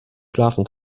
schlafen